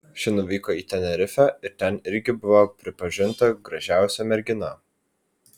ši nuvyko į tenerifę ir ten irgi buvo pripažinta gražiausia mergina